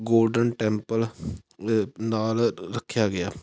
golden Temple ਨਾਲ ਰੱਖਿਆ ਗਿਆ